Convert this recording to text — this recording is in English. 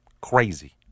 Crazy